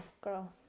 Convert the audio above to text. girl